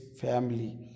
family